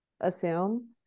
assume